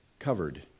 covered